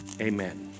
Amen